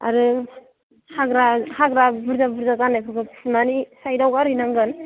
आरो हाग्रा हाग्रा बुरजा बुरजा गारनायफोरखौ फुनानै साय्डआव गारहैनांगोन